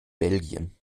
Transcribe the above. belgien